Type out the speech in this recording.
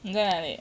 你在哪里